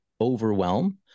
overwhelm